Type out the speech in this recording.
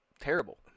Terrible